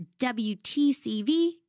WTCV